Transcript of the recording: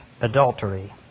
adultery